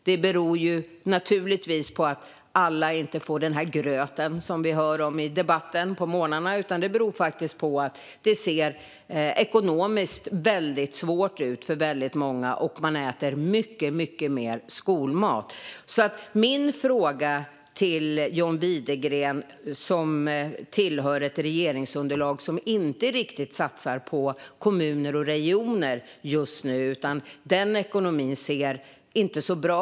Det beror naturligtvis på att alla inte får den gröt på morgnarna som vi hör om i debatten, vilket beror på att det för många faktiskt ser väldigt svårt ut ekonomiskt. Eleverna äter då mycket mer skolmat. John Widegren ingår i underlaget till en regering som inte riktigt satsar på kommuner och regioner just nu. Den ekonomin ser inte så bra ut.